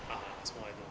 ah small items